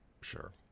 sure